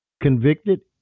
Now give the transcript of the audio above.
convicted